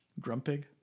Grumpig